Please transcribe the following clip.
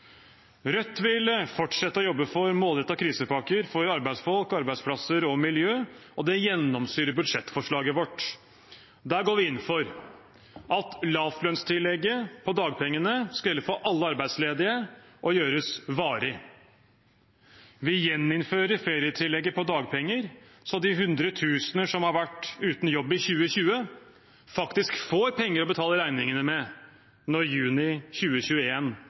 Rødt vil fortsette med å jobbe for målrettede krisepakker for arbeidsfolk, arbeidsplasser og miljø, og det gjennomsyrer budsjettforslaget vårt. Der går vi inn for at lavlønnstillegget på dagpengene skal gjelde for alle arbeidsledige og gjøres varig. Vi gjeninnfører ferietillegget på dagpenger, slik at de hundretusener som har vært uten jobb i 2020, faktisk får penger til å betale regningene med når juni